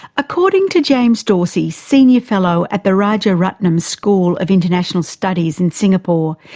according to james dorsey, senior fellow at the rajaratnam school of international studies in singapore,